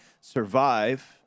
survive